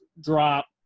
drop